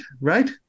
Right